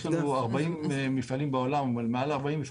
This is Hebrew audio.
יש לנו מעל 40 מפעלים בעולם,